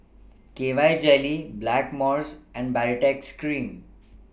K Y Jelly Blackmores and Baritex Cream